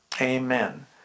Amen